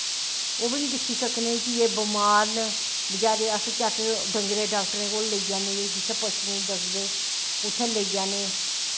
ओह् बी नी दिक्की सकनें कि अस बमार न बचैरेे गी अस डंगरें डाक्टरें कोल लेई जन्नें जित्थें पशुएं गी दस्सनें उत्तोें लेई जन्नें